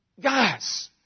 Guys